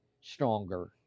stronger